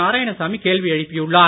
நாராயணசாமி கேள்வி எழுப்பியுள்ளார்